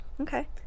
Okay